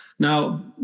Now